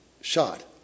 shot